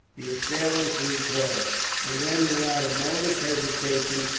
the assailants recoiled and then, without a moment's hesitation,